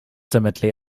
timidly